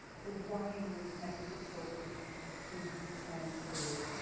the way in which magic itself was assumed to be transferred.